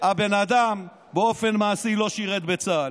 הבן אדם באופן מעשי לא שירת בצה"ל.